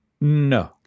No